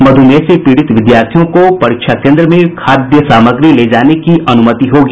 मधुमेह से पीड़ित विद्यार्थियों को परीक्षा केन्द्र में खाद्य सामग्री ले जाने की अनुमति होगी